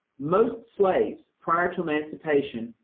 most slaves, prior to emancipation,